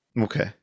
Okay